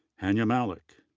hanya malik,